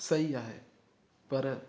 सही आहे पर